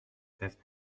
pewne